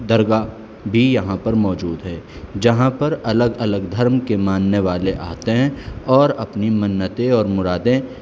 درگاہ بھی یہاں پر موجود ہے جہاں پر الگ الگ دھرم کے ماننے والے آتے ہیں اور اپنی منتیں اور مرادیں